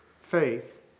Faith